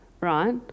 right